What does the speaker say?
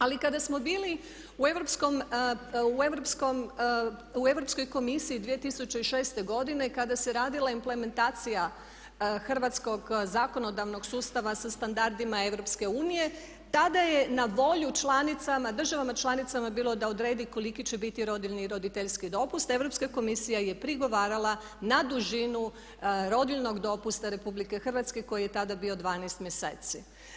Ali kada smo bili u Europskoj komisiji 2006. godine kada se radila implementacija hrvatskog zakonodavnog sustava sa standardima EU tada je na volju članicama, državama članicama bilo da odredi koliki će biti rodiljini i roditeljski dopust, Europska komisija je prigovarala na dužinu rodiljinog dopusta RH koji je tada bio 12 mjeseci.